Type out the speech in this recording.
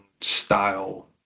style